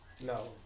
No